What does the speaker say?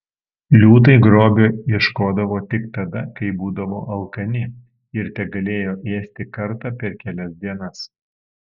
liūtai grobio ieškodavo tik tada kai būdavo alkani ir tegalėjo ėsti kartą per kelias dienas